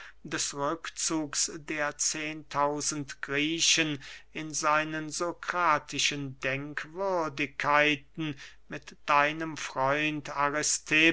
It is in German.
des rückzugs der zehentausend griechen in seinen sokratischen denkwürdigkeiten mit deinem freund